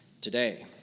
today